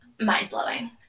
mind-blowing